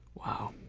wow.